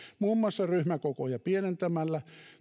muun muassa ryhmäkokoja pienentämällä